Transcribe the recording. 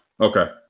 Okay